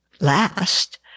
last